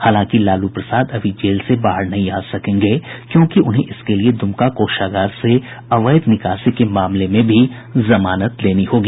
हालांकि लालू प्रसाद अभी जेल से बाहर नहीं आ सकेंगे क्योंकि उन्हें इसके लिए दुमका कोषागार से अवैध निकासी मामले में भी जमानत लेनी होगी